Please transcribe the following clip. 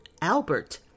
Albert